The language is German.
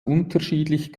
unterschiedlich